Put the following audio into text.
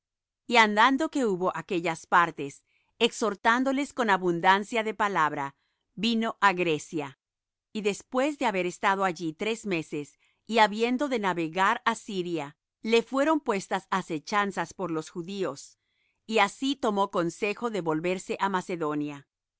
y andado que hubo aquellas partes y exhortádoles con abundancia de palabra vino á grecia y después de haber estado allí tres meses y habiendo de navegar á siria le fueron puestas asechanzas por los judíos y así tomó consejo de volverse por macedonia